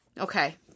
Okay